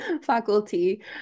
faculty